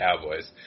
Cowboys